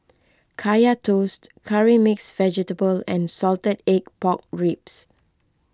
Kaya Toast Curry Mixed Vegetable and Salted Egg Pork Ribs